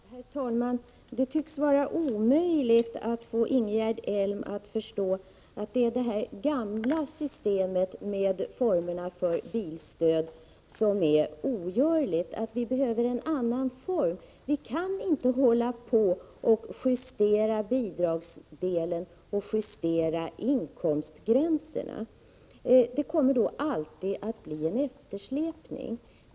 Herr talman! Det tycks vara omöjligt att få Ingegerd Elm att förstå att det är det gamla systemet med dess former för bilstöd som är ogörligt. Vi behöver en annan form. Vi kan inte hålla på att justera bidragsdelen och inkomstgränserna. Det kommer alltid att bli en eftersläpning.